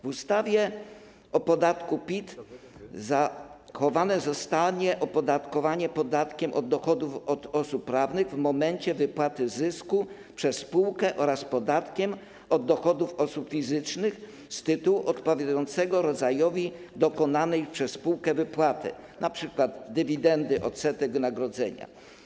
W ustawie o podatku PIT zachowane zostanie opodatkowanie podatkiem od dochodów od osób prawnych w momencie wypłaty zysku przez spółkę oraz podatkiem od dochodów osób fizycznych z tytułu odpowiadającego rodzajowi dokonanej przez spółkę wypłaty, np. dywidendy, odsetek, wynagrodzenia.